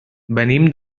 venim